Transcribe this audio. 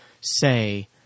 say